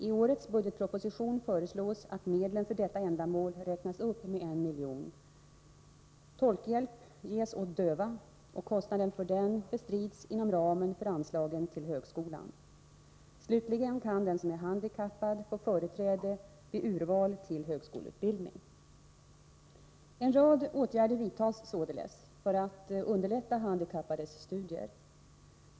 I årets budgetproposition föreslås att medlen för detta ändamål räknas upp med 1 milj.kr. Tolkhjälp ges åt döva, och kostnaderna för den bestrids inom ramen för anslagen till högskolan. Slutligen kan den som är handikappad få företräde vid urval till högskoleutbildning. En rad åtgärder vidtas således för att underlätta handikappades studier.